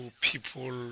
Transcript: people